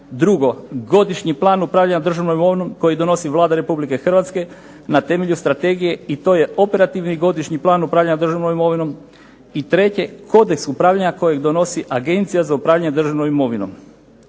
Drugo, Godišnji plan upravljanja državnom imovinom koji donosi Vlada Republike Hrvatske na temelju Strategije i to je Operativni godišnji plan upravljanja državnom imovinom. I treće, kodeks upravljanja kojeg donosi Agencija za upravljanje državnom imovinom.